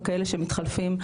וכאלה שמתחלפים,